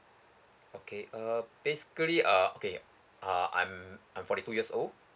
okay uh basically uh okay uh I'm I'm forty two years old